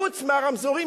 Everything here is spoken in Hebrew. חוץ מהרמזורים